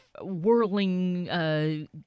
whirling